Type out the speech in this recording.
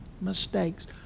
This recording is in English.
mistakes